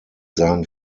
seinen